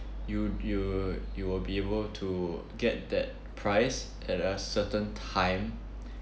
you you you will be able to get that price at a certain time